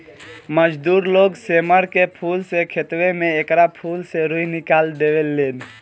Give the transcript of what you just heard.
मजदूर लोग सेमर के फूल से खेतवे में एकरा फूल से रूई निकाल देवे लेन